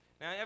Now